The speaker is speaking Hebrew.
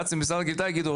משרד הקליטה יגידו,